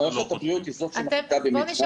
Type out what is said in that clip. מערכת הבריאות היא זאת שמחליטה במדינת